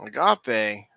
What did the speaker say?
agape